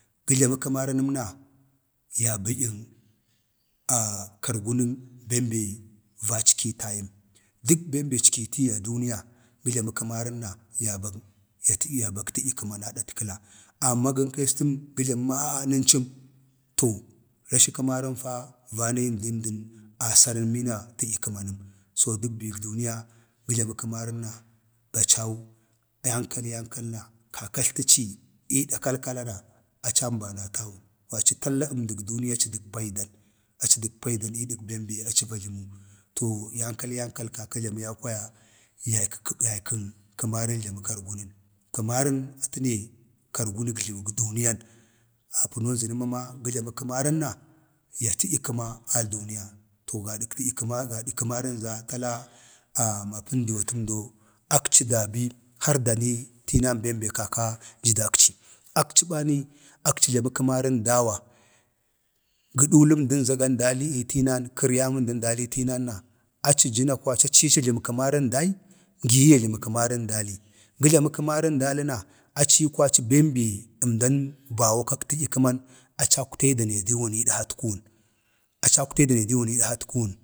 ﻿gə jləmə kəma rənəm na ya bədyən kargunən bem be vackitayəm. duk bem be əckiti gi a duniya, gə jləmə kəmarən na yabag yatədyək yabag, yatədyə kəman adatkəla. Amma gə ənkwəsta gə zənəmama əncəm to rashə kəmarən fa va nayidi əmdən asarən mina tədyə kəmanəm. so dək bek duniya gə jlama kəmarən na bacau aci yankal yankalna kaka ətltaci ii dək paidan iidək bem be aci va jləmu yau kwaya yaykən kəmarən jlamə kargunən, kəmaran atə ne kargunəle jləwək duniya apənon zənə mana gə jləmə kəmarən na ya tədyək kəma a duniya to gadak tədya kama gadak kəmarən za tala mapəndewatəmdo akci dabi har dani tinan bem be kaka jə dakci, akci bani akci əmdan za gə ji dali ii tinan aci jəna kwaci a ci ajləma kəmarən dagi gi ye yajləmə kəmarən dali, gə jləmə kəmarən dali na ci yii kwaci bem be əmdan bawo kan tədyə kəman aci akwtayi da nee diwun ii adhatkuwun, aci akwtayik,